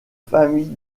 famille